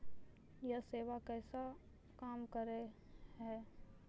यह सेवा कैसे काम करै है?